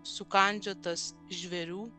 sukandžiotas žvėrių